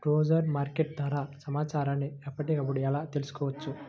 రోజువారీ మార్కెట్ ధర సమాచారాన్ని ఎప్పటికప్పుడు ఎలా తెలుసుకోవచ్చు?